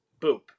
Boop